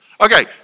Okay